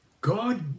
God